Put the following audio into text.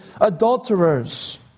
adulterers